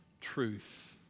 truth